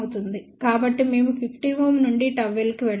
కాబట్టి మేము 50 Ω నుండి ΓL కి వెళ్ళాలి